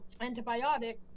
antibiotic